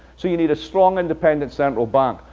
so you need a strong, independent central bank.